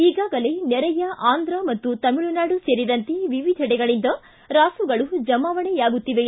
ಈಗಾಗಲೇ ನೆರೆಯ ಆಂಧ್ರ ಮತ್ತು ತಮಿಳುನಾಡು ಸೇರಿದಂತೆ ವಿವಿಧೆಡೆಗಳಿಂದ ರಾಸುಗಳು ಜಮಾವಣೆಯಾಗುತ್ತಿವೆ